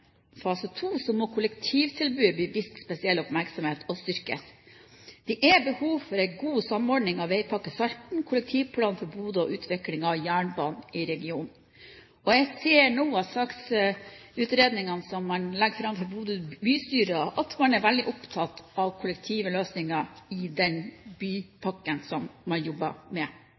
fase 2 må kollektivtilbudet bli vist spesiell oppmerksomhet og styrkes. Det er behov for en god samordning av Vegpakke Salten, kollektivplanen for Bodø og utviklingen av jernbanen i regionen. Jeg ser nå av saksutredningene som man legger fram for Bodø bystyre, at man er veldig opptatt av kollektive løsninger i den bypakken som man jobber med.